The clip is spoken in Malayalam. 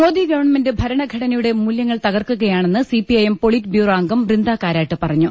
മോദി ഗവൺമെന്റ് ഭരണഘടനയുടെ മൂല്യങ്ങൾ തകർക്കുകയാ ണെന്ന് C P I M polit bureau അംഗം ബൃന്ദാ കാരാട്ട് പറഞ്ഞു